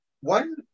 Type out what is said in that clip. one